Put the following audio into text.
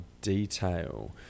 detail